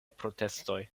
protestoj